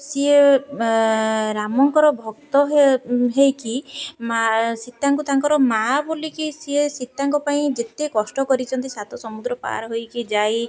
ସିଏ ରାମଙ୍କର ଭକ୍ତ ହେଇକି ମା' ସୀତାଙ୍କୁ ତାଙ୍କର ମା' ବୋଲିକି ସିଏ ସୀତାଙ୍କ ପାଇଁ ଯେତେ କଷ୍ଟ କରିଛନ୍ତି ସାତ ସମୁଦ୍ର ପାର ହୋଇକି ଯାଇ